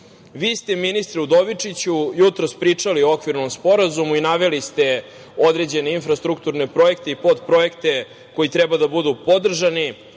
ste, ministre Udovičiću, jutros pričali o okvirnom sporazumu i naveli ste određene infrastrukturne projekte i podprojekte koji treba da budu podržani.